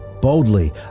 Boldly